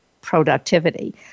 productivity